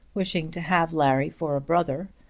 wishing to have larry for a brother,